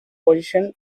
position